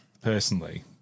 personally